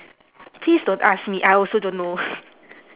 please don't ask me I also don't know